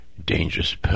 dangerous